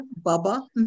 Bubba